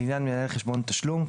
לעניין מנהל חשבון תשלום למשלם או